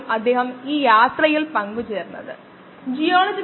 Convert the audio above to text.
problem solving ഒരു ഉയർന്ന തലത്തിലുള്ള കഴിവാണ്